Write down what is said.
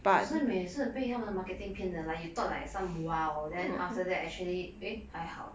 有时每次被他们的 marketing 骗的 like you thought like some !wow! then after that actually eh 还好